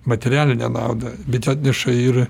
materialinę naudą bet atneša ir